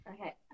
Okay